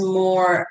more